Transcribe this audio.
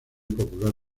popular